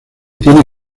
tiene